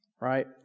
right